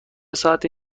ساعتی